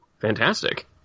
fantastic